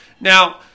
now